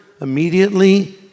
immediately